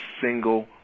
single